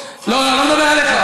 אני לא מדבר עליך,